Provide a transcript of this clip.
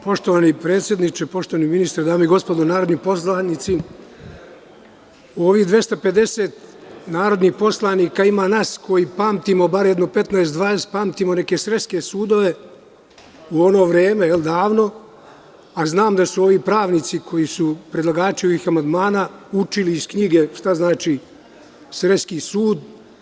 Poštovani predsedniče, poštovani ministre, dame i gospodo narodni poslanici, u ovih 250 narodnih poslanika ima nas koji pamtimo bar jedno 15, 20, pamtimo neke sreske sudove u ono vreme, ali davno, a znam da su ovi pravnici, koji su predlagači ovih amandmana, učili iz knjige šta znači sreski sud.